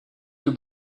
you